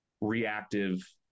reactive